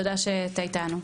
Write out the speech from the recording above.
תודה שאתה איתנו.